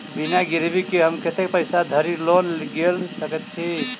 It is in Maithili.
बिना गिरबी केँ हम कतेक पैसा धरि लोन गेल सकैत छी?